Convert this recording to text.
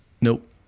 Nope